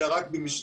אלא רק במשלוחים.